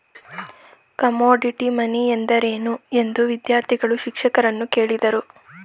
Commodity money ಎಂದರೇನು? ಎಂದು ವಿದ್ಯಾರ್ಥಿಗಳು ಶಿಕ್ಷಕರನ್ನು ಕೇಳಿದರು